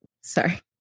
Sorry